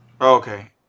Okay